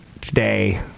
today